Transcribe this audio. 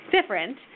different